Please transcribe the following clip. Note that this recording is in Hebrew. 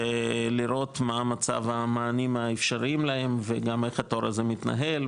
ולראות מה המצב המענים האפשריים להם וגם איך התור הזה מתנהל,